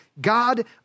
God